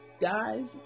guys